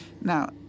Now